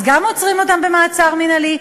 אז גם עוצרים אותם מעצר מינהלי,